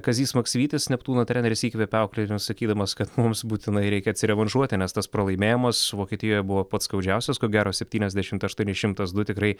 kazys maksvytis neptūno treneris įkvepia auklėtinius sakydamas kad mums būtinai reikia atsirevanšuoti nes tas pralaimėjimas vokietijoje buvo pats skaudžiausias ko gero septyniasdešimt aštuoni šimtas du tikrai